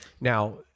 now